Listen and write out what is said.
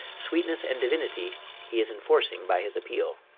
sweetness and divinity he is enforcing by his appeal.